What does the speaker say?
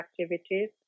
activities